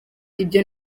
ibyo